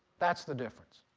that's the difference.